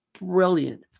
brilliant